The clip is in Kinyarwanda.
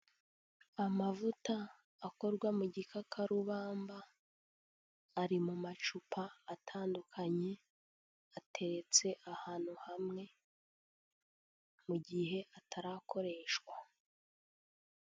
Amavuta akorwa mu gikakarubamba ari mu macupa atandukanye, ateretse ahantu hamwe mu gihe atarakoreshwa.